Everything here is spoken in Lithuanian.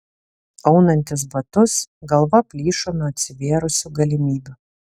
aunantis batus galva plyšo nuo atsivėrusių galimybių